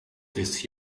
this